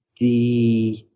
the